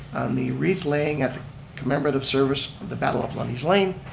the wreath-laying at the commemorative service of the battle of lundy's lane,